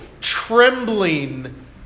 trembling